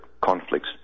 conflicts